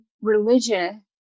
religion